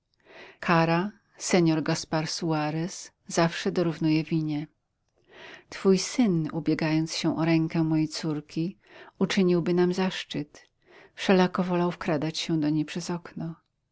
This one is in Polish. kara senor caspar suarez zawsze dorównuje winie twój syn ubiegając się o rękę mojej córki uczyniłby nam zaszczyt wszelako wolał wkradać się do niej przez okno